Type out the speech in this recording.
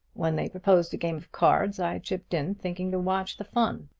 when they proposed a game of cards i chipped in, thinking to watch the fun.